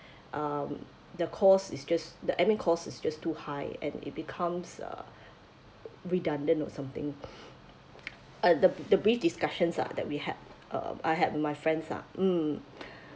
um the cost is just the I mean the cost is just too high and it becomes uh redundant or something uh the the brief discussions are that we have uh I have my friends ah hmm